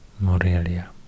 Morelia